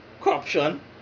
Corruption